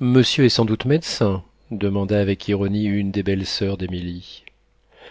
monsieur est sans doute médecin demanda avec ironie une des belles soeurs d'émilie